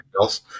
else